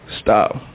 stop